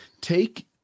Take